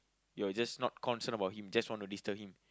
you're just not concerned about him just want to disturb him